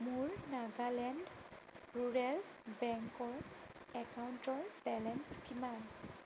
মোৰ নাগালেণ্ড ৰুৰেল বেংকৰ একাউণ্টৰ বেলেঞ্চ কিমান